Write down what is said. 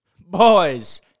boys